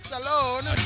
alone